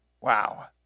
Wow